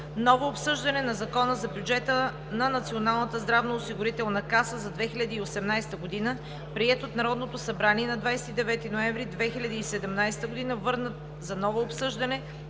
Ново обсъждане на Закона за бюджета на Националната здравноосигурителна каса за 2018 г., приет от Народното събрание на 29 ноември 2017 г., върнат за ново обсъждане